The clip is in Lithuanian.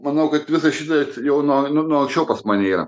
manau kad visa šitai jau nuo nu anksčiau pas mane yra